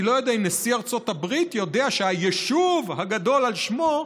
אני לא יודע אם נשיא ארצות הברית יודע שהיישוב הגדול על שמו,